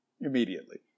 immediately